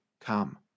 come